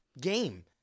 game